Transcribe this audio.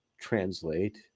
translate